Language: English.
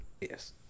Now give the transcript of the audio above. yes